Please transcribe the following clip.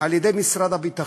על-ידי משרד הביטחון.